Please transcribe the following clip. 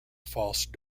false